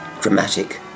dramatic